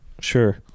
Sure